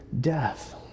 death